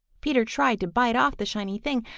peter tried to bite off the shiny thing,